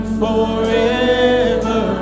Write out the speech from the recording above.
forever